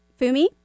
Fumi